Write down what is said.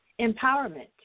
empowerment